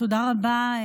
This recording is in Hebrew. תודה רבה.